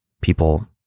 people